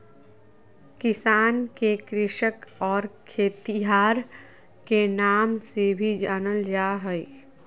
किसान के कृषक और खेतिहर के नाम से भी जानल जा हइ